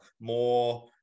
more